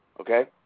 Okay